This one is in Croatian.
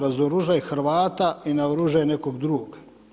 Razoružaj Hrvata i naoružaj nekog drugog.